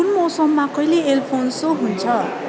कुन मौसममा कहिले अल्फोन्सो हुन्छ